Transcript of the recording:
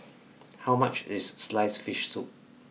how much is sliced fish soup